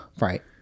Right